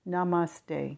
Namaste